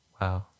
Wow